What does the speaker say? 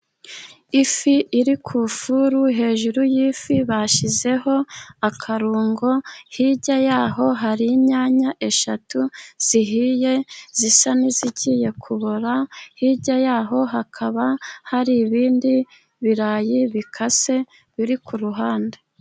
Ifi iri ku ifuru. Hejuru y'ifi bashyizeho akarungo. Hirya y'aho hari inyanya eshatu zihiye zisa n'izigiye kubora, hirya yaho hakaba hari ibindi birayi bikase biri ku ruhande.